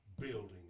building